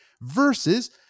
versus